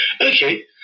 Okay